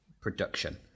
production